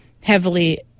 heavily